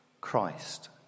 Christ